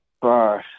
bro